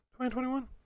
2021